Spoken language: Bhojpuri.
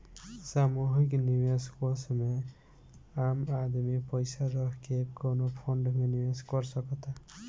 सामूहिक निवेश कोष में आम आदमी पइसा रख के कवनो फंड में निवेश कर सकता